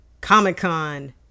Comic-Con